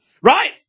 right